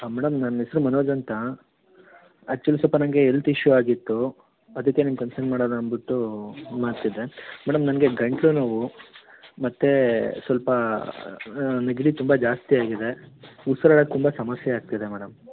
ಹಾಂ ಮೇಡಮ್ ನನ್ನ ಹೆಸರು ಮನೋಜ್ ಅಂತ ಆ್ಯಕ್ಚುಲಿ ಸ್ವಲ್ಪ ನಂಗೆ ಹೆಲ್ತ್ ಇಶ್ಯೂ ಆಗಿತ್ತೂ ಅದಕ್ಕೆ ನಿಮ್ಮ ಕನ್ಸಲ್ಟ್ ಮಾಡೋಣ ಅಂದುಬಿಟ್ಟೂ ಮಾಡ್ತಿದ್ದೆ ಮೇಡಮ್ ನನಗೆ ಗಂಟಲು ನೋವು ಮತ್ತು ಸ್ವಲ್ಪ ನೆಗಡಿ ತುಂಬಾ ಜಾಸ್ತಿ ಆಗಿದೆ ಉಸಿರಾಡೋಕೆ ತುಂಬ ಸಮಸ್ಯೆ ಆಗ್ತಿದೆ ಮೇಡಮ್